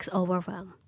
overwhelm